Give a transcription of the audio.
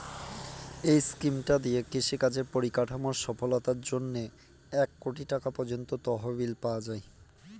এই স্কিমটা দিয়ে কৃষি কাজের পরিকাঠামোর সফলতার জন্যে এক কোটি টাকা পর্যন্ত তহবিল পাওয়া যায়